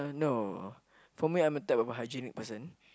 no for me I'm the type of hygienic person